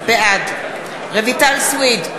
בעד רויטל סויד,